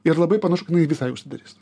ir labai panašu kad jinai visai užsidarys